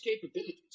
capabilities